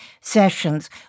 sessions